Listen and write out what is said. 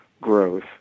growth